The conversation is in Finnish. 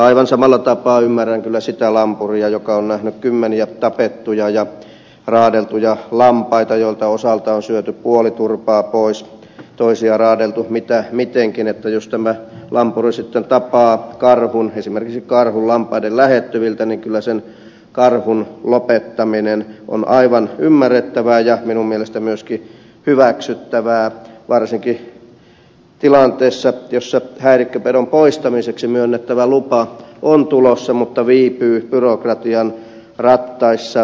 aivan samalla tapaa ymmärrän kyllä sitä lampuria joka on nähnyt kymmeniä tapettuja ja raadeltuja lampaita joilta osalta on syöty puoli turpaa pois toisia raadeltu mitä mitenkin että jos tämä lampuri sitten tapaa esimerkiksi karhun lampaiden lähettyviltä niin kyllä sen karhun lopettaminen on aivan ymmärrettävää ja minun mielestäni myöskin hyväksyttävää varsinkin tilanteessa jossa häirikköpedon poistamiseksi myönnettävä lupa on tulossa mutta viipyy byrokratian rattaissa